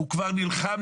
הוא כבר נלחם,